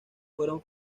fueron